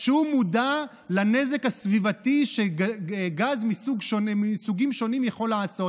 שהוא מודע לנזק הסביבתי שגז מסוגים שונים יכול לעשות.